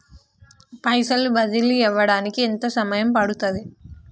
పైసలు బదిలీ అవడానికి ఎంత సమయం పడుతది?